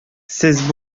сез